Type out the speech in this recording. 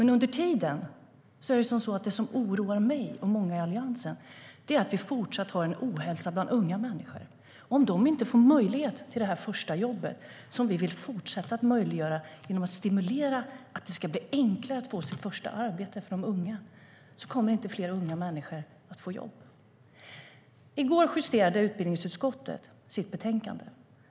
Det som oroar mig och många andra i Alliansen är att vi fortsatt har en ohälsa bland unga människor om de inte får möjlighet till det första jobbet. Vi vill stimulera och fortsätta att möjliggöra för unga att få jobb, göra det enklare för unga att få ett första arbete. Annars kommer inte fler unga människor att få jobb.I går justerade utbildningsutskottet sitt betänkande.